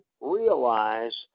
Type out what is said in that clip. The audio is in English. realize